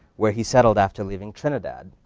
where he settled after leaving trinidad.